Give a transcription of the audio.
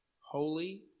holy